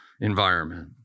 environment